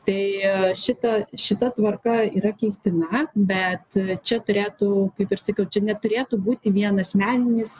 tai šita šita tvarka yra keistina bet čia turėtų kaip ir sakiau čia neturėtų būti vien asmeninis